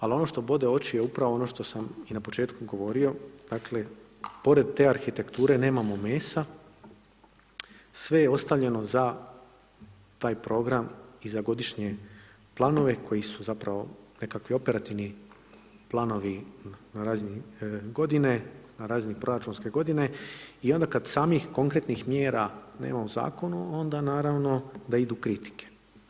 Al ono što bode oči je upravo ono što sam i na početku govorio, dakle pored dakle pored te arhitekture nemamo mesa, sve je ostavljeno za taj program i za godišnje planove koji su zapravo nekakvi operativni planovi na razini godine, na razini proračunske godine i onda kad samih konkretnih mjera u zakonu onda naravno da idu kritike.